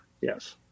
yes